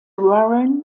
warren